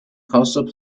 coastal